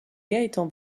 gaëtan